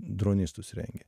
dronistus rengia